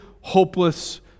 hopeless